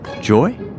joy